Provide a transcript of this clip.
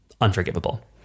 Unforgivable